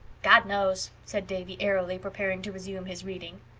god knows, said davy airily, preparing to resume his reading.